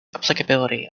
applicability